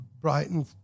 brighton